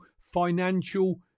financial